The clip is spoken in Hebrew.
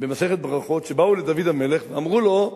במסכת ברכות, שבאו לדוד המלך ואמרו לו: